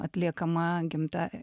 atliekama gimtąja